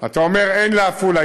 אתה אומר: אין לעפולה.